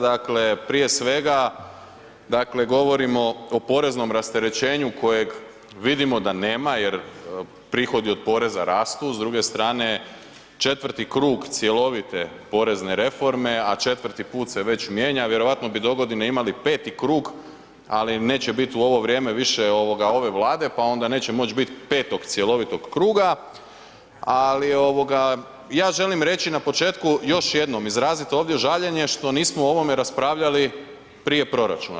Dakle, prije svega, dakle govorimo o poreznom rasterećenju kojeg vidimo da nema jer prihodi od poreza rastu, s druge strane 4. krug cjelovite porezne reforme, a 4. put se već mijenja, vjerojatno bi dogodine imali 5. krug, ali neće biti u ovo vrijeme više ove Vlade pa onda neće moći biti 5. cjelovitog kruga, ali ja želim reći na početku još jednom, izraziti ovdje žaljenje što nismo o ovome raspravljali prije proračuna.